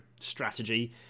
strategy